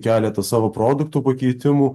keletą savo produktų pakeitimų